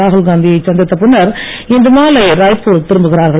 ராகுல் காந்தி யைச் சந்தித்த பின்னர் இன்று மாலை ராய்ப்பூர் திரும்புகிறார்கள்